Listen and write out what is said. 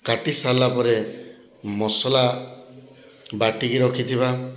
କାଟିସାରିଲାପରେ ମସଲା ବାଟିକି ରଖିଥିବା